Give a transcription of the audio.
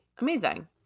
Amazing